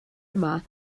yma